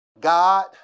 God